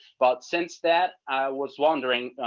but since that i was wondering,